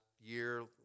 year